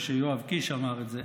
או שיואב קיש אמר את זה,